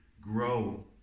grow